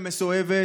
המסואבת,